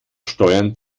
steuern